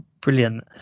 Brilliant